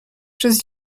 przez